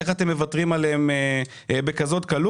איך אתם מוותרים עליהם בקלות כזאת?